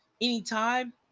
anytime